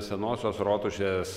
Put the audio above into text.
senosios rotušės